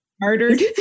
Murdered